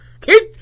Keep